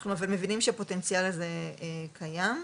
אבל אנחנו מבינים שהפוטנציאל הזה קיים.